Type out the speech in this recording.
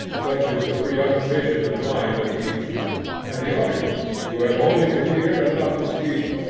such is the preoccupation of mind of each and the audience, who have only to hear and not to speak,